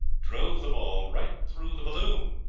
drove the ball right through the balloon,